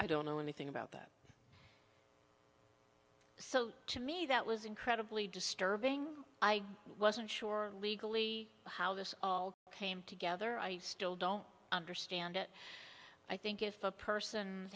i don't know anything about that so to me that was incredibly disturbing i wasn't sure legally how this all came together i still don't understand it i think if a person